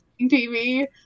TV